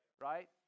right